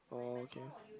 oh okay